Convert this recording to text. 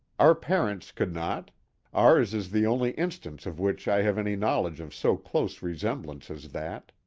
our parents could not ours is the only instance of which i have any knowledge of so close resemblance as that.